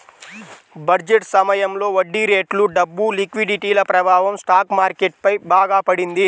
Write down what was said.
budget సమయంలో వడ్డీరేట్లు, డబ్బు లిక్విడిటీల ప్రభావం స్టాక్ మార్కెట్ పై బాగా పడింది